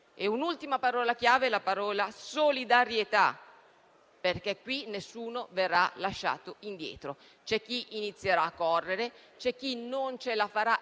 Un'ultima parola chiave è solidarietà, perché qui nessuno verrà lasciato indietro. C'è chi inizierà a correre e chi non ce la farà,